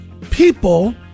people